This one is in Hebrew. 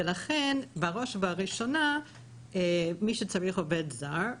ולכן בראש ובראשונה מי שצריך עובד זר,